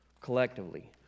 collectively